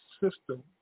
system